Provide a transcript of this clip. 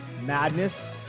madness